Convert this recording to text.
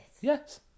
Yes